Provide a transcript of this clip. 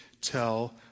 tell